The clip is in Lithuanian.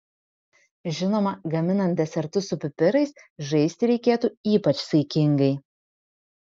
žinoma gaminant desertus su pipirais žaisti reikėtų ypač saikingai